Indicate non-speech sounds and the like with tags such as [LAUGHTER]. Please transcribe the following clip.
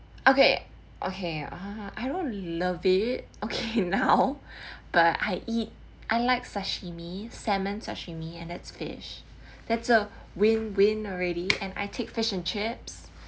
okay okay ah I don't love it okay now [LAUGHS] but I eat I like sashimi salmon sashimi and that's fish that's a win win already and I take fish and chips